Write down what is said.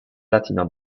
latino